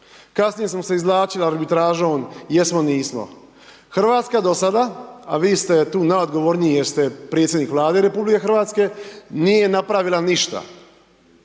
kasnije smo se izvlačili arbitražom jesmo-nismo. Hrvatska do sada, a vi ste tu najodgovorniji jer ste predsjednik Vlade Republike Hrvatske, nije napravila ništa.